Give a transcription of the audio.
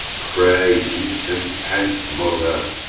pray, be content mother,